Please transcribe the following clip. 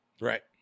Right